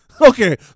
Okay